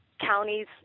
counties